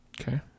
Okay